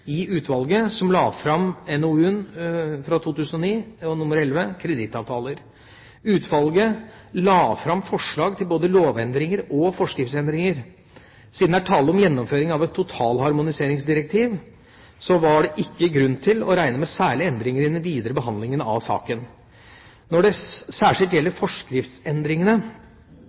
i utvalget som la fram NOU 2009:11, Kredittavtaler. Utvalget la fram forslag til både lovendringer og forskriftsendringer. Siden det er tale om gjennomføring av et totalharmoniseringsdirektiv, var det ikke grunn til å regne med særlige endringer i den videre behandlingen av saken. Når det særskilt gjelder forskriftsendringene,